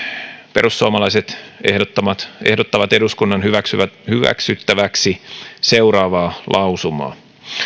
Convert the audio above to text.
perussuomalaiset ehdottavat ehdottavat eduskunnan hyväksyttäväksi seuraavaa lausumaa